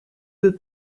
veux